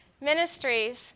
ministries